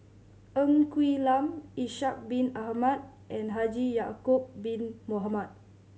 Ng Quee Lam Ishak Bin Ahmad and Haji Ya'acob Bin Mohamed